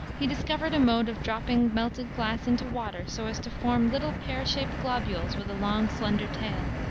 he discovered a mode of dropping melted glass into water so as to form little pear-shaped globules, with a long slender tail.